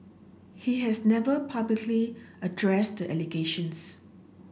he has never publicly addressed the allegations